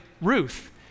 Ruth